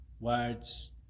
words